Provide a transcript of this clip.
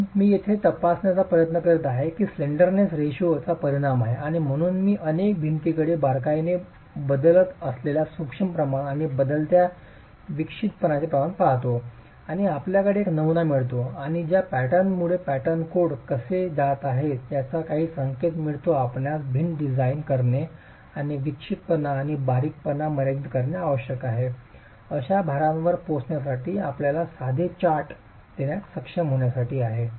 म्हणून मी येथे तपासण्याचा प्रयत्न करीत आहे की स्लेंडरनेस रेशो चा परिणाम आहे आणि म्हणूनच मी अनेक भिंतींकडे बारकाईने बदलत असलेल्या सूक्ष्म प्रमाण आणि बदलत्या विक्षिप्तपणाचे प्रमाण पाहतो आणि आपल्याकडे एक नमुना मिळतो आणि त्या पॅटर्नमुळे कोड कसे जात आहेत याचा काही संकेत मिळतो आपल्यास भिंत डिझाइन करणे आणि विक्षिप्तपणा आणि बारीकपणा मर्यादित करणे आवश्यक आहे अशा भारांवर पोहोचण्यासाठी आपल्याला साधे चार्ट देण्यात सक्षम होण्यासाठी आहे